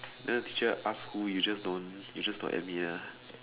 then the teacher ask who you just don't you just don't admit ah